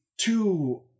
two